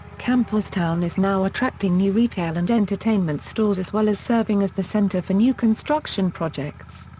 campustown is now attracting new retail and entertainment stores as well as serving as the center for new construction projects.